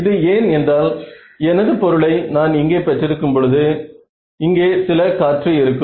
இது ஏன் என்றால் எனது பொருளை நான் இங்கே பெற்றிருக்கும் போது இங்கே சில காற்று இருக்கும்